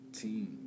team